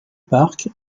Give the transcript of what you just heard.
park